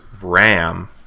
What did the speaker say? Ram